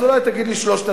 אז אולי תגיד לי 3,000,